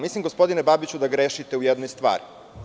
Mislim, gospodine Babiću, da grešite u jednoj stvari.